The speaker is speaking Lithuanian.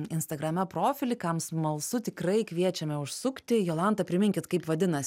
instagrame profilį kam smalsu tikrai kviečiame užsukti jolanta priminkit kaip vadinas